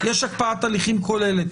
יש הקפאת הליכים כוללת.